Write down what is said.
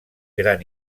gran